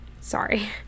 sorry